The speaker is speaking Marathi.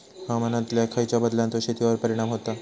हवामानातल्या खयच्या बदलांचो शेतीवर परिणाम होता?